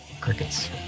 crickets